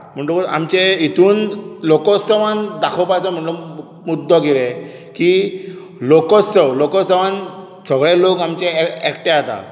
म्हणटकूच आमचे हातूंत लोकोत्सवांत दाखोवपाचो मुद्दो कितें की लोकोत्सव लोकोत्सवांत सगळे लोक आमचे एकठांय येता